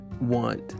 want